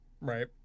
Right